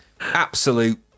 absolute